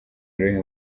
uruhe